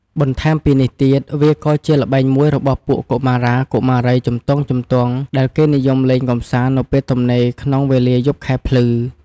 បន្ថែមពីនេះទៀតវាក៏ជាល្បែងមួយរបស់ពួកកុមារាកុមារីជំទង់ៗ ដែលគេនិយមលេងកម្សាន្តនៅពេលទំនេរ ក្នុងវេលាយប់ខែភ្លឺ។